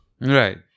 Right